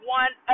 one